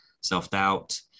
self-doubt